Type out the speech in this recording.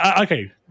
Okay